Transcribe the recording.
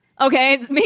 Okay